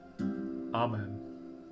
Amen